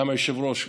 גם היושב-ראש.